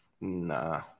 Nah